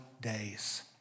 days